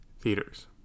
theaters